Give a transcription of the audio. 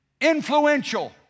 influential